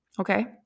okay